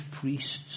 priests